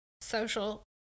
social